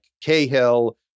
Cahill